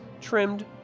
trimmed